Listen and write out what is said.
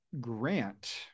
grant